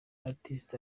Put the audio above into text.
artist